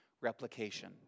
replication